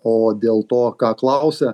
o dėl to ką klausia